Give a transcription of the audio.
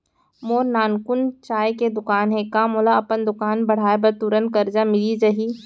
मोर नानकुन चाय के दुकान हे का मोला अपन दुकान बढ़ाये बर तुरंत करजा मिलिस जाही?